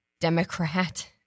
Democrat